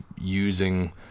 using